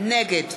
נגד